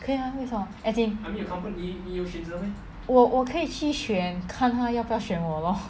可以 ah 为什么 as in 我我可以去选看他要不要选我 lor